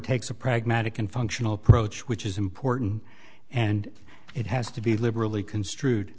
takes a pragmatic and functional approach which is important and it has to be liberally construed